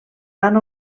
van